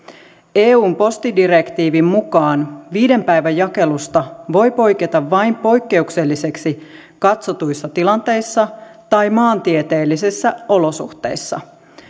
eun postidirektiivin mukaan viiden päivän jakelusta voi poiketa vain poikkeukselliseksi katsotuissa tilanteissa tai maantieteellisissä olosuhteissa